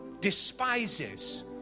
Despises